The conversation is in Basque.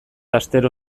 astero